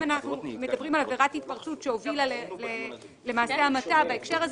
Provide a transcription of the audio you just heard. אם אנחנו מדברים על עבירת התפרצות שהובילה למעשה המתה בהקשר הזה